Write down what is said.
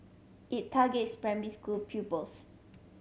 it targets school pupils